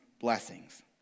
blessings